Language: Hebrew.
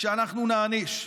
כשאנחנו נעניש.